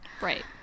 Right